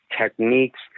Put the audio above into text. techniques